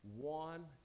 one